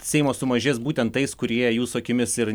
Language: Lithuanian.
seimas sumažės būtent tais kurie jūsų akimis ir